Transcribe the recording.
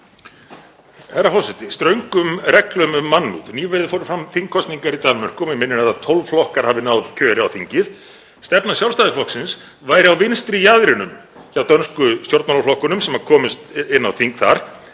Herra forseti. Ströngum reglum um mannúð — nýverið fóru fram þingkosningar í Danmörku og mig minnir að 12 flokkar hafi náð kjöri á þingið. Stefna Sjálfstæðisflokksins væri á vinstri jaðrinum hjá dönsku stjórnmálaflokkunum sem komust inn á þing og